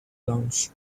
launch